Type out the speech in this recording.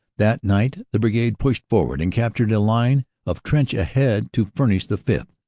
that night the brigade pushed forward and captured a line of trench ahead to furnish the fifth.